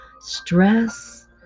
stress